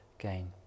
gain